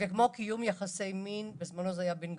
וכמו קיום יחסי מין בין גברים.